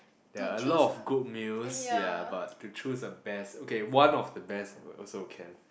there are a lot of good meals ya but to choose the best okay one of the best also can